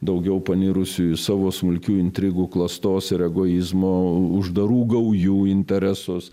daugiau panirusių į savo smulkių intrigų klastos ir egoizmo uždarų gaujų interesus